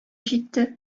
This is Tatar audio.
җитте